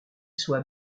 sois